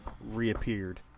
reappeared